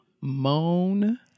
moan